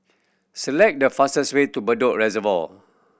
select the fastest way to Bedok Reservoir